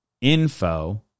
info